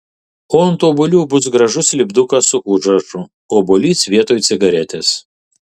o ant obuolių bus gražus lipdukas su užrašu obuolys vietoj cigaretės